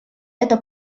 эта